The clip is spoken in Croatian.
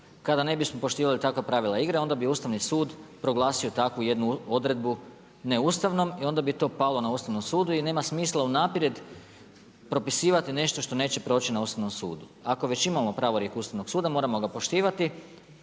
Kada ne bismo poštivali takva pravila igre, onda bi Ustavni sud proglasio takvu jednu odredbu neustavnom i onda bi to palo na Ustavnom sudu i nema smisla unaprijed propisivati nešto što neće proći na Ustavnom sudu. Ako već imamo pravorijek Ustavnog suda moramo ga poštivati,